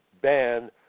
ban